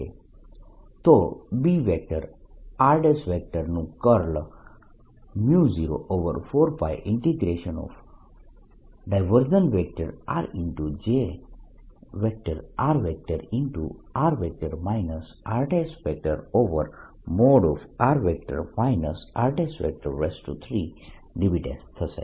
તો B નું curl 04πr Jr rr r3 dV થશે